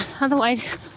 otherwise